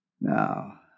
Now